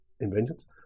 inventions